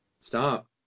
Stop